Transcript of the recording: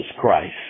Christ